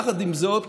יחד עם זאת,